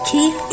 Keep